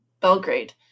Belgrade